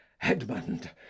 edmund